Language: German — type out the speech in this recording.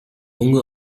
junge